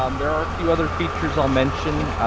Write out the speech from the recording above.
um there are a few other features i'll mention,